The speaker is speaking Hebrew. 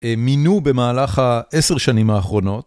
מינו במהלך העשר שנים האחרונות.